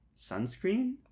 Sunscreen